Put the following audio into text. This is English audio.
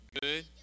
Good